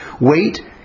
Wait